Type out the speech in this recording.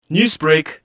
Newsbreak